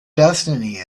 destiny